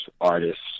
artists